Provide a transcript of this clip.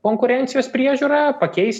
konkurencijos priežiūrą pakeist